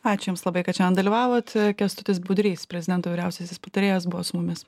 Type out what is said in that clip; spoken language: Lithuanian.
ačiū jums labai kad šiandien dalyvavot kęstutis budrys prezidento vyriausiasis patarėjas buvo su mumis